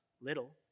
little